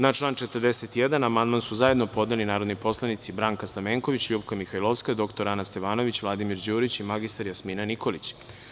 Na član 41. amandman su zajedno podneli narodni poslanici Branka Stamenković, LJupka Mihajlovska, dr Ana Stevanović, Vladimir Đurić i mr Jasmina Nikolić.